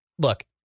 Look